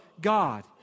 God